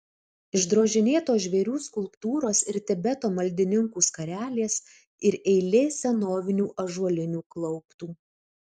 išdrožinėtos žvėrių skulptūros ir tibeto maldininkų skarelės ir eilė senovinių ąžuolinių klauptų